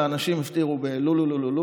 ואנשים הפטירו בלו-לו-לו,